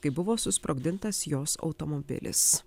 kai buvo susprogdintas jos automobilis